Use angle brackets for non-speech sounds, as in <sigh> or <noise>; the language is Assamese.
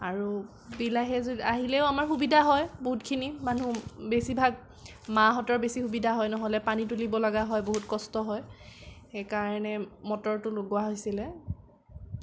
আৰু বিল <unintelligible> আহিলেও আমাৰ সুবিধা হয় বহুতখিনি মানুহ বেছিভাগ মাহঁতৰ বেছি সুবিধা হয় নহ'লে পানী তুলিব লগা হয় বহুত কষ্ট হয় সেইকাৰণে মটৰটো লগোৱা হৈছিলে